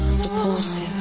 supportive